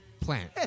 plant